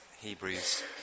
Hebrews